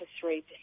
three